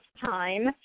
time